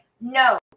No